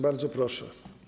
Bardzo proszę.